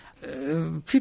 People